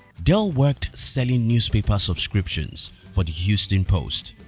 dell worked selling newspaper subscriptions for the houston post.